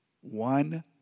One